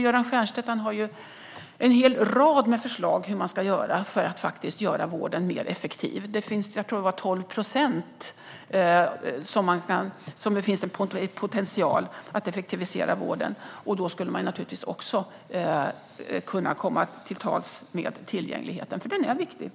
Göran Stiernstedt har en hel rad med förslag om hur man kan göra vården mer effektiv - jag tror att potentialen för att effektivisera den var 12 procent. Då kan man också komma till rätta med tillgängligheten, för den är viktig.